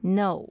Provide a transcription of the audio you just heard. no